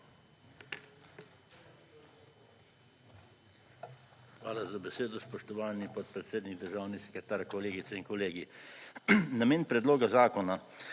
Hala za besedo, spoštovani podpredsednik. Državni sekretar, kolegice in kolegi! Namen predloga zakona,